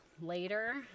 later